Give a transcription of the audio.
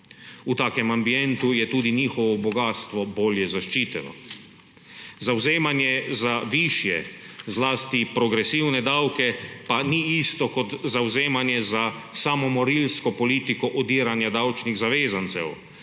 V takem ambientu je tudi njihovo bogastvo bolje zaščiteno. Zavzemanje za višje, zlasti progresivne davke pa ni isto, kot zavzemanje za samomorilsko politiko odiranja davčnih zavezancev